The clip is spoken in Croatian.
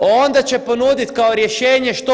Onda će ponuditi kao rješenje, što?